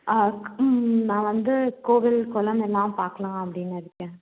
ஆ ம்ம் நான் வந்து கோவில் குளமெல்லாம் பார்க்கலாம் அப்படின்னு இருக்கேன்